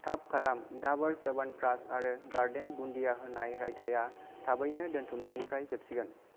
थाब खालाम दाबोर च्वबनप्राश आरो गार्डेन बुन्दिया होनाय रायताया थाबैनो दोनथुमनायनिफ्राय जोबसिगोन